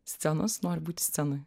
scenos noriu būti scenoje